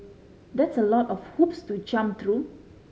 that's a lot of hoops to jump through